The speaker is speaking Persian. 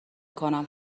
کنم